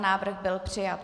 Návrh byl přijat.